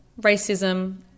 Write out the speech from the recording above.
racism